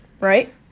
Right